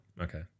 okay